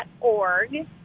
org